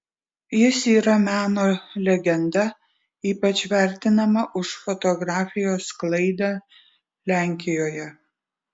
jis yra meno legenda ypač vertinama už fotografijos sklaidą lenkijoje